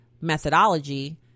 methodology